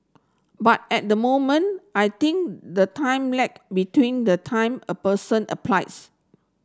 but at the moment I think the time lag between the time a person applies